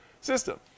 system